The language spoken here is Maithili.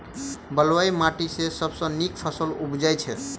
बलुई माटि मे सबसँ नीक फसल केँ उबजई छै?